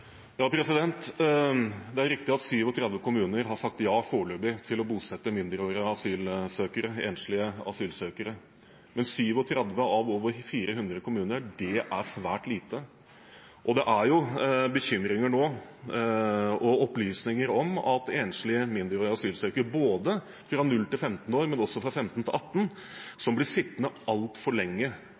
Det er riktig at 37 kommuner har sagt ja, foreløpig, til å bosette enslige mindreårige asylsøkere, men 37 av over 400 kommuner er svært lite. Og det er jo nå bekymringer for og opplysninger om at enslige mindreårige asylsøkere – både fra 0 til 15 år og også fra 15 til 18 år – blir sittende altfor lenge